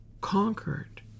conquered